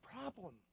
problem